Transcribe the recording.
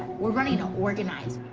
we're running to organize.